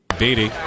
Beatty